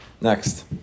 next